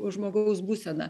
žmogaus būsena